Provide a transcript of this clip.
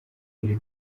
ibi